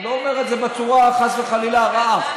אני לא אומר את זה בצורה, חס וחלילה, הרעה.